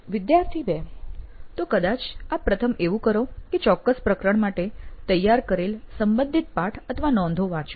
વિદ્યાર્થી 2 તો કદાચ આપ પ્રથમ એવું કરો કે ચોક્કસ પ્રકરણ માટે તૈયાર કરેલ સંબંધિત પાઠ અથવા નોંધો વાંચો